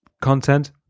content